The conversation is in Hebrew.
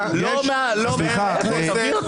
תביא אותם.